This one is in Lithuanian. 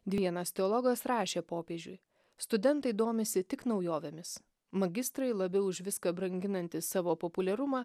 vienas teologas rašė popiežiui studentai domisi tik naujovėmis magistrai labiau už viską branginantys savo populiarumą